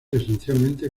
esencialmente